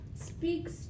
speaks